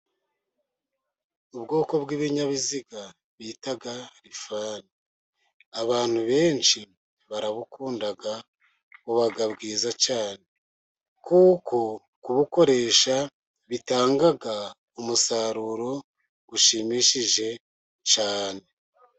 Ubwoko bw'ibinyabiziga bita rifani, abantu benshi barabukunda buba bwiza cyane, kuko kubukoresha butanga umusaruro ushimishije cyane.